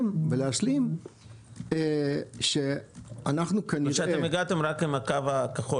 ולהשלים שאנחנו כנראה --- זה אומר שאתם הגעתם רק עם הקו הכחול,